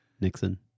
Nixon